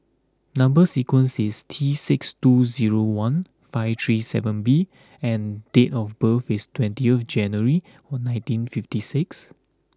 number sequence is T six two zero one five three seven B and date of birth is twentieth January one nineteen fifty six